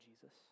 Jesus